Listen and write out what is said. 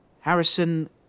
Harrison